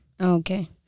Okay